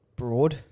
broad